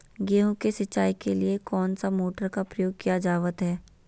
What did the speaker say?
गेहूं के सिंचाई के लिए कौन सा मोटर का प्रयोग किया जावत है?